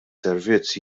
servizz